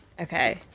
Okay